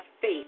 faith